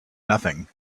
nothing